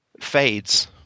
fades